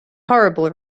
horrible